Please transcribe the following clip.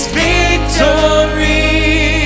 victory